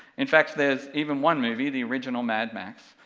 in fact, there's even one movie, the original mad max,